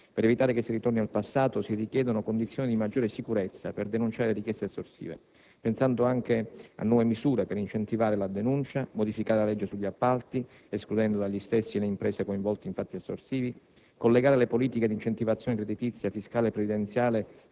Per evitare che si ritorni al passato, si richiedono condizioni di maggiore sicurezza per denunciare le richieste estorsive. Penso anche a nuove misure, quali: incentivare la denuncia; modificare la legge sugli appalti, escludendo dagli stessi le imprese coinvolte in fatti estorsivi; collegare le politiche di incentivazione creditizia, fiscale e previdenziale